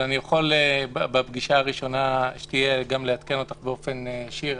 אבל אני יכול בפגישה הראשונה שתהיה גם לעדכן אותך באופן ישיר,